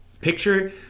picture